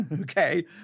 Okay